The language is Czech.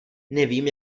nevím